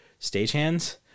stagehands